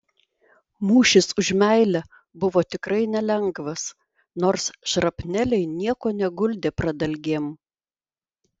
mūšis už meilę buvo tikrai nelengvas nors šrapneliai nieko neguldė pradalgėm